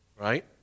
Right